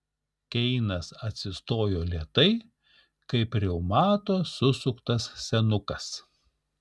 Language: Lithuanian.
keinas atsistojo lėtai kaip reumato susuktas senukas